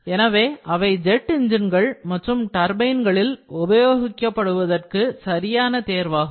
எனவே அவை ஜெட் என்ஜின்கள் மற்றும் டர்பைன் களில் உபயோகப்படுத்துவதற்கு சரியான தேர்வாகும்